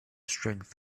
strength